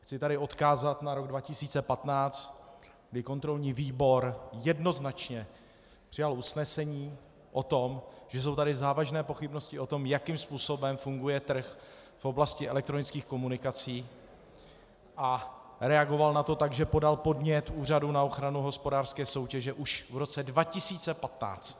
Chci tady odkázat na rok 2015, kdy kontrolní výbor jednoznačně přijal usnesení o tom, že jsou tady závažné pochybnosti o tom, jakým způsobem funguje trh v oblasti elektronických komunikací, a reagoval na to tak, že podal podnět Úřadu na ochranu hospodářské soutěže už v roce 2015.